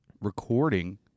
recording